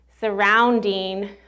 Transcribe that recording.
surrounding